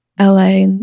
LA